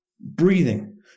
breathing